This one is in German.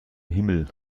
himmel